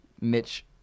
Mitch